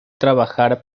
trabajar